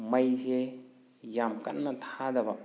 ꯃꯩꯁꯦ ꯌꯥꯝ ꯀꯟꯅ ꯊꯥꯗꯕ